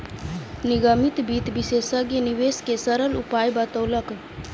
निगमित वित्त विशेषज्ञ निवेश के सरल उपाय बतौलक